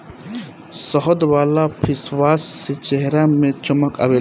शहद वाला फेसवाश से चेहरा में चमक आवेला